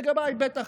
לגביי בטח.